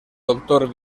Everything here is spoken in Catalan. doctor